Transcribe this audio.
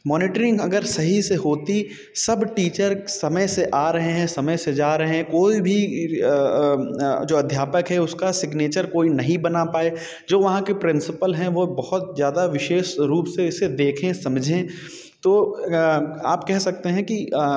monitoring अगर सही से होती सब टीचर समय से आ रहे हैं समय से जा रहे हैं कोई भी जो अध्यापक हैं उसका सिग्नेचर कोई नहीं बना पाए जो वहाँ के प्रिंसिपल हैं वो बहुत ज़्यादा विशेष रूप से इसे देखें समझें तो आप कह सकते हैं कि